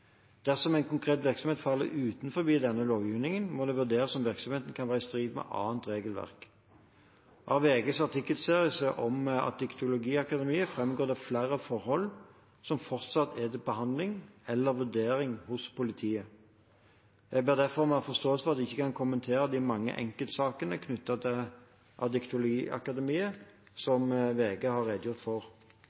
Dersom en konkret virksomhet faller utenfor denne lovgivningen, må det vurderes om virksomheten kan være i strid med annet regelverk. Av VGs artikkelserie om Addictologi Akademiet framgår det flere forhold som fortsatt er til behandling eller vurdering hos politiet. Jeg ber derfor om forståelse for at jeg ikke kan kommentere de mange enkeltsakene knyttet til Addictologi Akademiet som VG har redegjort for.